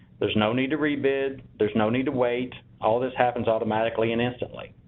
there's no need to rebid, there's no need to wait, all this happens automatically and instantly.